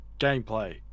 gameplay